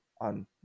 on